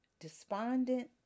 despondent